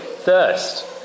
thirst